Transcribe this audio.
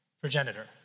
progenitor